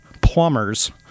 plumbers